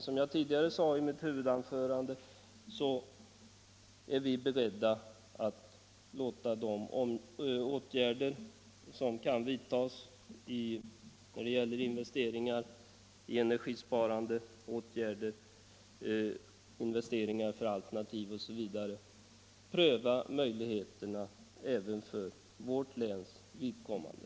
Som jag sade i mitt huvudanförande är vi beredda att genom investeringar i energisparande åtgärder och investeringar för alternativ osv. pröva möjligheterna att skapa ökad sysselsättning även för vårt läns vidkommande.